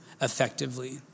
effectively